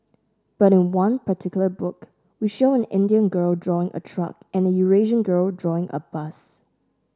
but in one particular book we show an Indian girl drawing a truck and Eurasian girl drawing a bus